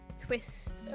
twist